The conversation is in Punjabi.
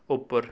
ਉੱਪਰ